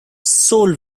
soul